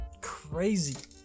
crazy